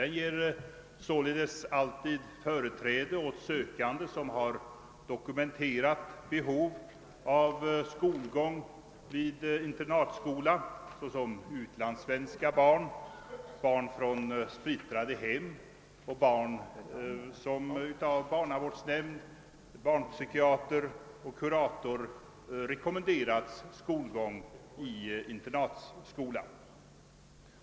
Den ger således alltid företräde åt sökande som har dokumenterat behov av skolgång vid internatskola, såsom utlandssvenska barn, barn från splittrade hem och barn som av barnavårdsnämnd, barnpsykiater eller kurator rekommenderats skolgång i internatskola.